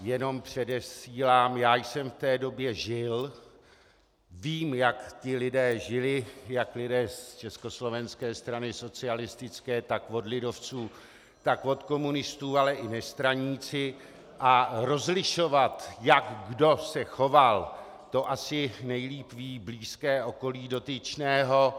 Jenom předesílám, já jsem v té době žil, vím, jak lidé žili, jak lidé z Československé strany socialistické, tak od lidovců, tak od komunistů, ale i nestraníci, a rozlišovat, jak se kdo choval, to asi nejlíp ví blízké okolí dotyčného.